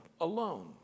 alone